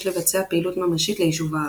יש לבצע פעילות ממשית ליישוב הארץ.